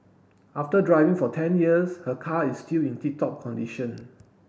after driving for ten years her car is still in tip top condition